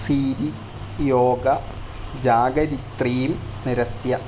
सीरि योग जागरित्रीं निरस्य